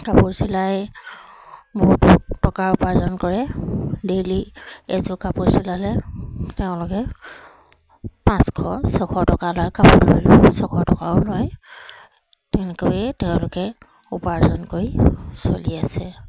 কাপোৰ চিলাই বহুত টকা উপাৰ্জন কৰে ডেইলি এজোৰ কাপোৰ চিলালে তেওঁলোকে পাঁচশ ছশ টকা লয় কাপোৰ ল'লে ছশ টকাও লয় তেনেকৈয়ে তেওঁলোকে উপাৰ্জন কৰি চলি আছে